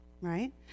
right